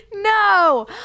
No